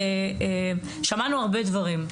שמענו הרבה דברים.